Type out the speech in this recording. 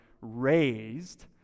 raised